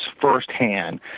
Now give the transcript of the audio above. firsthand